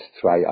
try